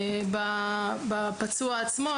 בפצוע עצמו,